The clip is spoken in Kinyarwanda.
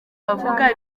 bavuga